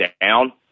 down